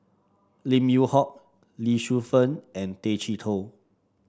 Lim Yew Hock Lee Shu Fen and Tay Chee Toh